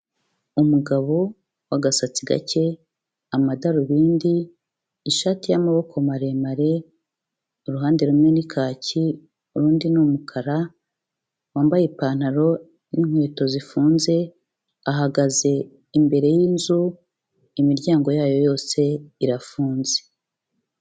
Umugabo w'agasatsi gake, amadarubindi, ishati y'amaboko maremare, uruhande rumwe ni kaki urundi ni umukara, wambaye ipantaro n'inkweto zifunze ahagaze imbere y'inzu imiryango yayo yose irafunze.